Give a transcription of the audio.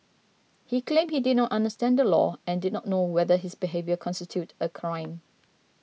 he claimed he did not understand the law and did not know whether his behaviour constituted a crime